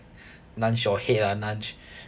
nudge your head ah nudge